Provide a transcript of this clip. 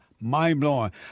Mind-blowing